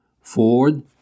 Ford